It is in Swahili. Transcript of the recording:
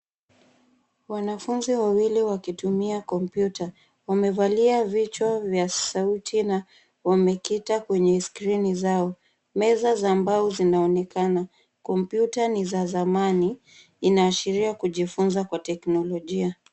Wanafunzi wawili wakitumia kompyuta. Wamevalia vichwa vya sauti na wamekita kwenye skrini zao. Meza za mbao zinaonekana. Kompyuta ni za zamani. Inaashiria kujifunza kwa teknolojia.